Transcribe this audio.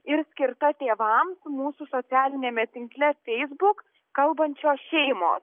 ir skirta tėvams mūsų socialiniame tinkle facebook kalbančios šeimos